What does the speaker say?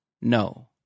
No